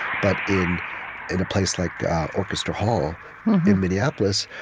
but in in a place like orchestra hall in minneapolis,